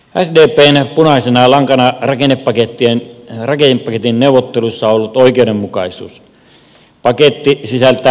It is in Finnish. sdpn punaisena lankana rakennepaketin neuvotteluissa on ollut oikeudenmukaisuus